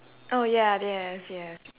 oh ya yes yes